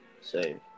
Save